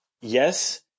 Yes